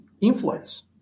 influence